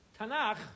Tanakh